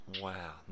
Wow